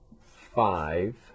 five